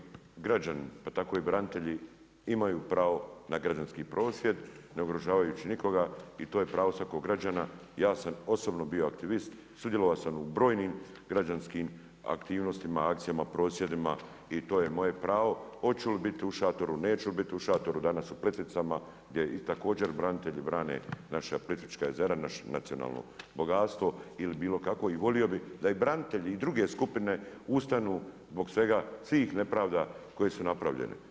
Kolega Culej svaki građanin pa tako i branitelji imaju pravo na građanski prosvjed, ne ugrožavajući nikoga i to je pravo svakog građana, ja sam osobno bio aktivist, sudjelovao sam u brojnim građanskim aktivnostima, akcijama prosvjedima i to je moje pravo, hoću li biti u šatoru, neću li bit u šatoru danas u Plitvicama, gdje i također branitelji brane naša Plitvička jezera, naše nacionalno bogatstvo ili bilo kakvo i volio bi da i branitelji i druge skupine ustanu, zbog svega, svih nepravda koje su napravljene.